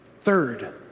Third